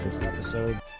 episode